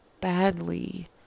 badly